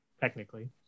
technically